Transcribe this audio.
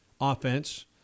offense